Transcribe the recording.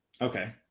okay